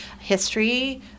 history